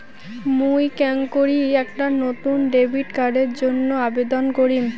মুই কেঙকরি একটা নতুন ডেবিট কার্ডের জন্য আবেদন করিম?